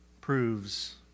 proves